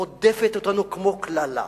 רודפת אותנו כמו קללה.